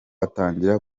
atangira